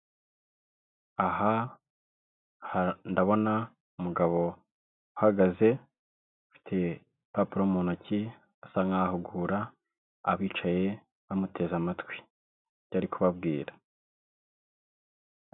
Aha ndabona umugabo uhagaze ufite ibipapuro mu ntoki asa nkuhugura abicaye bamuteze amatwi yari kubabwira.